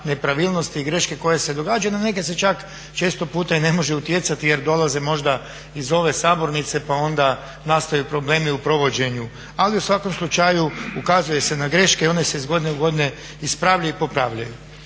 nepravilnosti i greške koje se događaju, na neke se čak često puta i ne može utjecati jer dolaze možda iz ove sabornice pa onda nastaju problemi u provođenju. Ali u svakom slučaju ukazuje se na greške i one se iz godine u godinu ispravljaju i popravljaju.